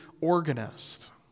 organist